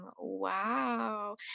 wow